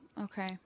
Okay